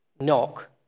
Knock